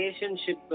Relationship